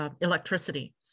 electricity